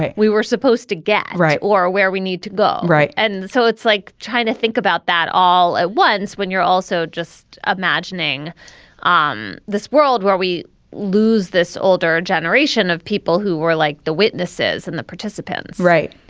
we were supposed to get right or where we need to go. right. and so it's like trying to think about that all at once when you're also just imagining ah um this this world where we lose this older generation of people who were like the witnesses and the participants right.